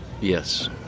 yes